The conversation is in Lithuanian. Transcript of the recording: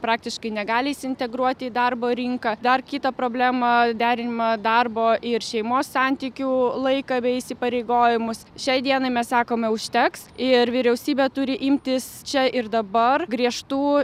praktiškai negali įsi integruoti į darbo rinką dar kita problema derinimą darbo ir šeimos santykių laiką bei įsipareigojimus šiai dienai mes sakome užteks ir vyriausybė turi imtis čia ir dabar griežtų